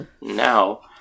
Now